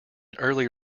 early